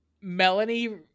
Melanie